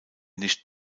nicht